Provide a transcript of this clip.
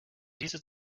diese